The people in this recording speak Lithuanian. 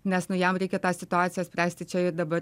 nes nu jam reikia tą situaciją spręsti čia ir dabar